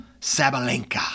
Sabalenka